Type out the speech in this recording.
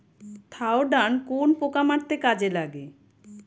Thiodan কোন পোকা মারতে কাজে লাগে?